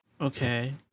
Okay